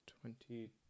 twenty